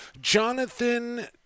Jonathan